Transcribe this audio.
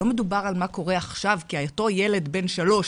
לא מדובר על מה קורה עכשיו, כי אותו ילד בן שלוש,